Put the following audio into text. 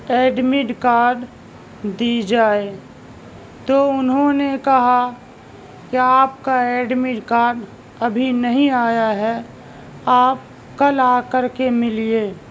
admit card دی جائے تو انہوں نے کہا کہ آپ کا ایڈمٹ کارڈ ابھی نہیں آیا ہے آپ کل آ کر کے ملیے